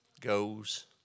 goes